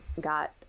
got